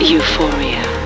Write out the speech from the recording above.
Euphoria